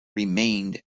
remained